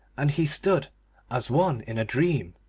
and he stood as one in a dream.